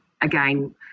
again